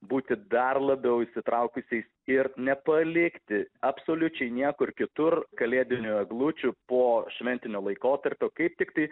būti dar labiau įsitraukusiais ir nepalikti absoliučiai niekur kitur kalėdinių eglučių po šventinio laikotarpio kaip tiktai